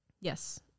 yes